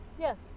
Yes